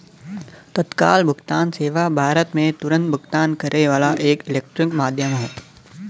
तत्काल भुगतान सेवा भारत में तुरन्त भुगतान करे वाला एक इलेक्ट्रॉनिक माध्यम हौ